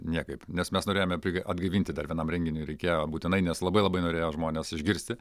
niekaip nes mes norėjome atgaivinti dar vienam renginiui reikėjo būtinai nes labai labai norėjo žmonės išgirsti